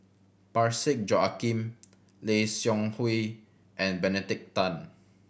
Parsick Joaquim Lim Seok Hui and Benedict Tan